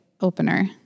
opener